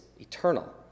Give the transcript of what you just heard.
eternal